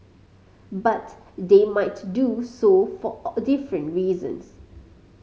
but they might do so for a different reasons